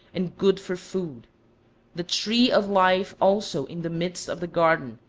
and good for food the tree of life also in the midst of the garden,